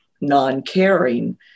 non-caring